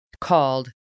called